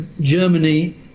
Germany